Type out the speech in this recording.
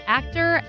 actor